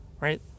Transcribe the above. right